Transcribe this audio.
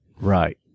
Right